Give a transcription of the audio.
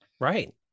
right